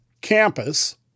campus